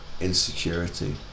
insecurity